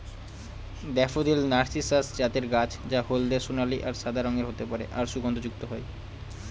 daffodil narcissus জাতের গাছ যা হলদে সোনালী আর সাদা রঙের হতে পারে আর সুগন্ধযুক্ত হয়